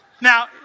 Now